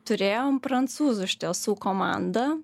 turėjom prancūzų iš tiesų komandą